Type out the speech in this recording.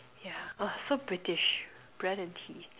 yeah !wah! so British bread and tea